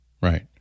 Right